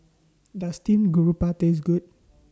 Does Steamed Garoupa Taste Good